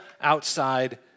outside